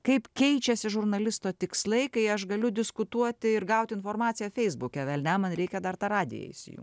kaip keičiasi žurnalisto tikslai kai aš galiu diskutuoti ir gaut informaciją feisbuke velniam man reikia dar tą radiją įsijun